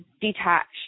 detached